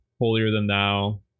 holier-than-thou